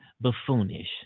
buffoonish